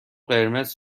قرمز